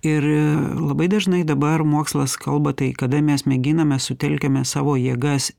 ir labai dažnai dabar mokslas kalba tai kada mes mėginame sutelkiame savo jėgas